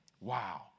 Wow